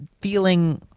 Feeling